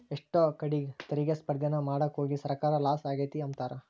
ಎಷ್ಟೋ ಕಡೀಗ್ ತೆರಿಗೆ ಸ್ಪರ್ದೇನ ಮಾಡಾಕೋಗಿ ಸರ್ಕಾರ ಲಾಸ ಆಗೆತೆ ಅಂಬ್ತಾರ